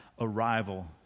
arrival